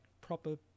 proper